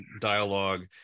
dialogue